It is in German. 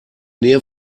nähe